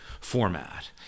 format